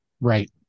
right